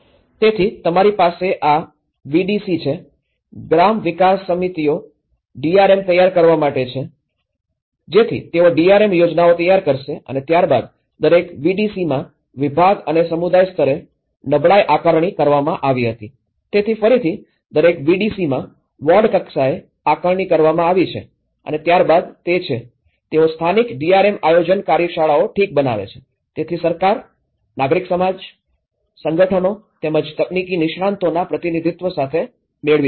તેથી તમારી પાસે આ વીડીસી છે ગ્રામ વિકાસ સમિતિઓ ડીઆરએમ તૈયાર કરવા માટે છે જેથી તેઓ ડીઆરએમ યોજનાઓ તૈયાર કરશે અને ત્યારબાદ દરેક વીડીસીમાં વિભાગ અને સમુદાય સ્તરે નબળાઈ આકારણી કરવામાં આવી હતી તેથી ફરીથી દરેક વીડીસીમાં વોર્ડ કક્ષાએ આકારણી કરવામાં આવી છે અને ત્યારબાદ તે છે તેઓ સ્થાનિક ડીઆરએમ આયોજન કાર્યશાળાઓ ઠીક બનાવે છે તેથી સરકાર નાગરિક સમાજ સંગઠનો તેમજ તકનીકી નિષ્ણાતોના પ્રતિનિધિત્વ સાથે મેળવી શકાય